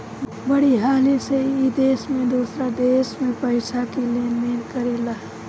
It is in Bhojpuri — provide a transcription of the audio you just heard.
बड़ी हाली से ई देश से दोसरा देश मे पइसा के लेन देन करेला